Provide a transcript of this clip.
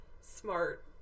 smart